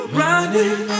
running